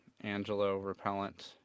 Angelo-repellent